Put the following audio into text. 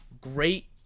great